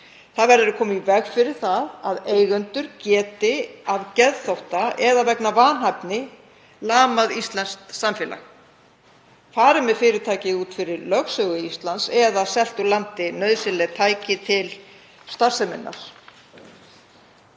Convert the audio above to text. Það verður að koma í veg fyrir það að eigendur geti af geðþótta eða vegna vanhæfni lamað íslenskt samfélag, farið með fyrirtækið út fyrir lögsögu Íslands eða selt úr landi nauðsynleg tæki til starfseminnar.